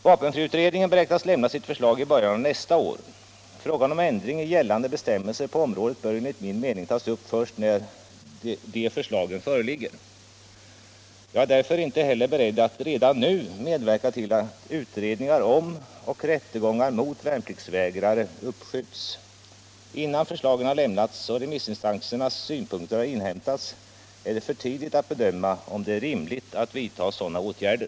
Vapenfriutredningen beräknas lämna sina förslag i början av nästa år. Frågan om ändring i gällande bestämmelser på området bör enligt min mening tas upp först när de förslagen föreligger. Jag är därför inte heller beredd att redan nu medverka till att utredningar om och rättegångar mot värnpliktsvägrare uppskjuts. Innan förslagen har lämnats och remissinstansernas synpunkter har inhämtats är det för tidigt att bedöma om det är rimligt att vidta sådana åtgärder.